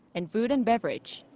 and food and beverage.